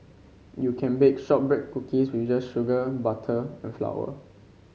you can bake shortbread cookies with just sugar butter and flour